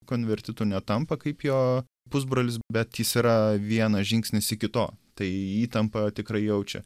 konvertitu netampa kaip jo pusbrolis bet jis yra vienas žingsnis iki to tai įtampą tikrai jaučia